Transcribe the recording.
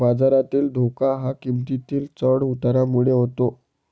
बाजारातील धोका हा किंमतीतील चढ उतारामुळे होतो